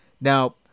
Now